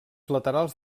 laterals